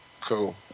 cool